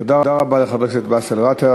תודה רבה לחבר הכנסת באסל גטאס.